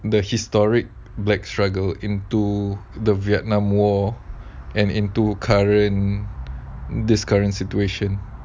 the historic black struggle into the vietnam war and into current this current situation